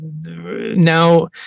now